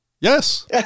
Yes